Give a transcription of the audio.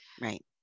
right